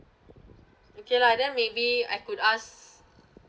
okay lah then maybe I could ask